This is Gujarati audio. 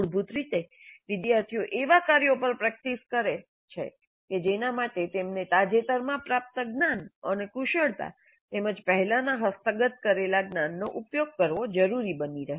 મૂળભૂત રીતે વિદ્યાર્થીઓ એવા કાર્યો પર પ્રેક્ટિસ કરે છે કે જેના માટે તેમને તાજેતરમાં પ્રાપ્ત જ્ઞાન અને કુશળતા તેમ જ પહેલાનાં હસ્તગત કરેલા જ્ઞાનનો ઉપયોગ કરવો જરૂરી બની રહે છે